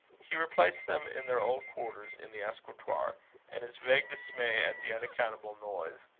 he replaced them in their old quarters in the escritoire and his vague dismay at the unaccountable noises,